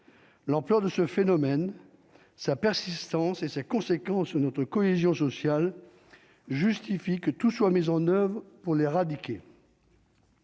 l'ampleur de ce phénomène sa persistance et ses conséquences sur notre cohésion sociale justifie que tout soit mis en oeuvre pour l'éradiquer.